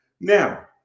Now